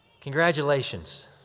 Congratulations